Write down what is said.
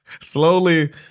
slowly